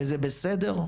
וזה בסדר?